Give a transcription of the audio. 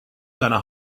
deiner